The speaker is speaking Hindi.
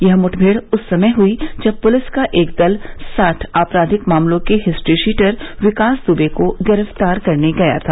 यह मुठमेड़ उस समय हुई जब पुलिस का एक दल साठ आपराधिक मामलों के हिस्ट्रीशीटर विकास दुबे को गिरफ्तार करने गया था